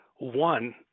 One